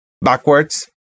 backwards